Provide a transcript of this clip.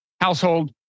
household